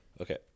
Okay